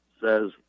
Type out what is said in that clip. says